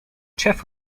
chief